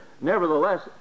nevertheless